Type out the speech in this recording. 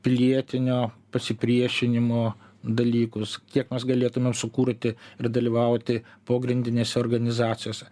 pilietinio pasipriešinimo dalykus kiek mes galėtumėm sukurti ir dalyvauti pogrindinėse organizacijose